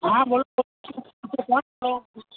હા બોલો બોલો કોણ બોલો